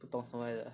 不懂什么来的